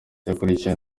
yakurikiwe